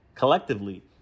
Collectively